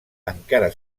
encara